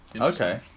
Okay